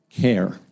care